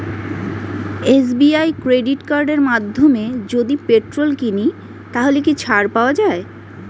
SBI credit কার্ডের মাধ্যমে যদি পেট্রোল কিনি তাহলে কি ছাড় পাওয়া যায়?